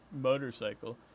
motorcycle